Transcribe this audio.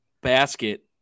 basket